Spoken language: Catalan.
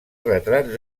retrats